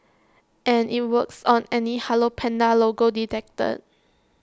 and IT works on any hello Panda logo detected